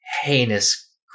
heinous